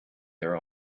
their